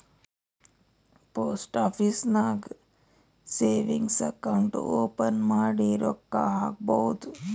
post office ನಾಗ್ savings account open ಮಾಡಿ ರೊಕ್ಕಾ ಹಾಕ್ಬೋದ್